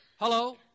Hello